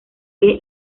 que